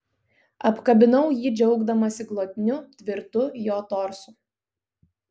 apkabinau jį džiaugdamasi glotniu tvirtu jo torsu